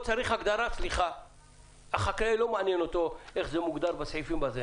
את החקלאי לא מעניין איך זה מוגדר בסעיפים.